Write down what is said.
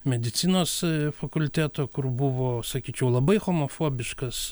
medicinos fakulteto kur buvo sakyčiau labai homofobiškas